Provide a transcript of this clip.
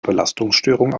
belastungsstörung